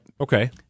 Okay